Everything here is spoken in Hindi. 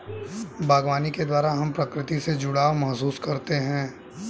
बागवानी के द्वारा हम प्रकृति से जुड़ाव महसूस करते हैं